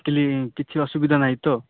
କିଛି ଅସୁବିଧା ନାହିଁ ତ